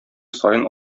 саен